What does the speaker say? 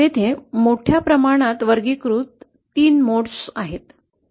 तेथे मोठ्या प्रमाणात वर्गीकृत 3 मोड्स आहेत